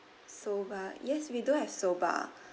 soba yes we do have soba